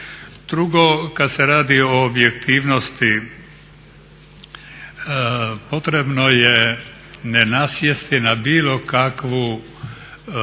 Drugo, kad se radi o objektivnost potrebno je ne nasjesti na bilo kakvu provokaciju